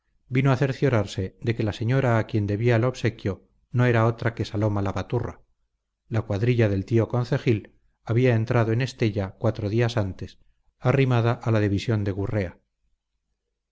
vino a cerciorarse de que la señora a quien debía el obsequio no era otra que saloma la baturra la cuadrilla del tío concejil había entrado en estella cuatro días antes arrimada a la división de gurrea